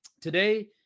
today